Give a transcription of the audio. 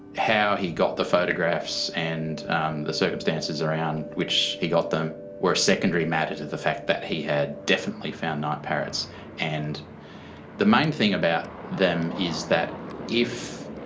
how he got the photographs and um the circumstances around which he got them were a secondary matter to the fact that he had definitely found night parrots and the main thing about them is that if